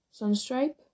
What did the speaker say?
Sunstripe